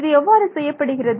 இது எவ்வாறு செய்யப்படுகிறது